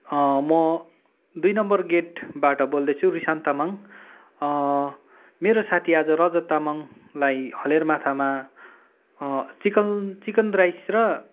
म दुई नम्बर गेटबाट बोल्दैछु रिशान्त तामाङ मेरो साथी आज रजत तामाङलाई हलेर माथामा चिकन चिकन राइस र